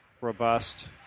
robust